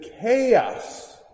chaos